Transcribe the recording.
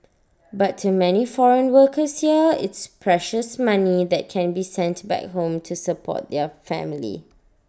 but to many foreign workers here it's precious money that can be sent back home to support their family